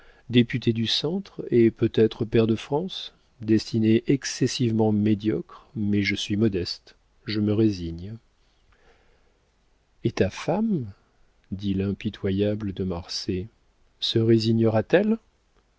député du centre et peut-être pair de france destinée excessivement médiocre mais je suis modeste je me résigne et ta femme dit l'impitoyable de marsay se résignera t elle